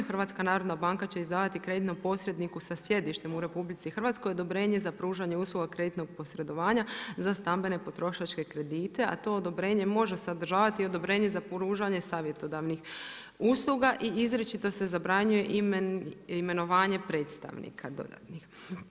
Hrvatska narodna banka će izdavati kreditnom posredniku sa sjedištem u RH odobrenje za pružanje usluga kreditnog posredovanja za stambene potrošačke kredite, a to odobrenje može sadržavati i odobrenje za pružanje savjetodavnih usluga i izričito se zabranjuje imenovanje predstavnika dodatnih.